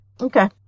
okay